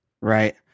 Right